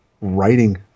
writing